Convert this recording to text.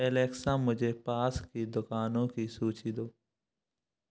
Alexa मुझे पास की दुकानों की सूची दो